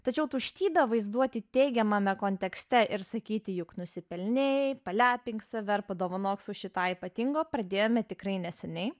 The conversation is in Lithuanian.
tačiau tuštybę vaizduoti teigiamame kontekste ir sakyti juk nusipelnei palepink save ar padovanok sau šį tą ypatingo pradėjome tikrai neseniai